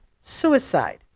suicide